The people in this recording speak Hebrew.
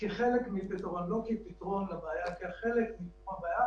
לפחות לפי מה שהעברתם,